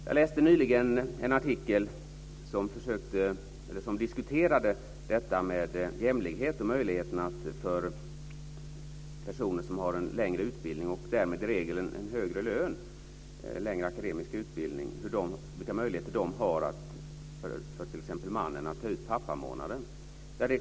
Jag läste nyligen en artikel där jämlikhet och möjligheterna för personer som har en längre akademisk utbildning och därmed i regel en högre lön diskuterades. Vilka möjligheter har mannen att ta ut pappamånaden?